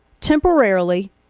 temporarily